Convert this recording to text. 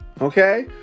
Okay